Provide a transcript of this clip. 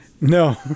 No